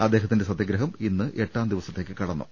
അദ്ദേഹത്തിന്റെ സത്യഗ്രഹം ഇന്ന് എട്ടാം ദിവസത്തേക്ക് കടന്നു